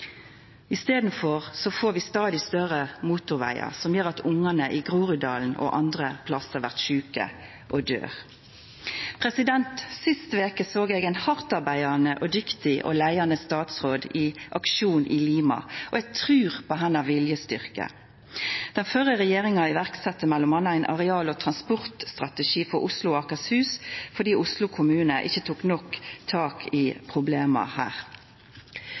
I staden får vi stadig større motorvegar som gjer at ungane i Groruddalen og andre plassar blir sjuke og døyr. Sist veke såg eg ein hardtarbeidande, dyktig og leiande statsråd i aksjon i Lima. Eg trur på viljestyrken hennar. Den førre regjeringa sette m.a. i verk ein areal- og transportstrategi for Oslo og Akershus fordi Oslo kommune ikkje tok nok tak i problema her.